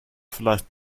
vielleicht